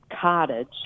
cottage